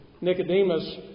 Nicodemus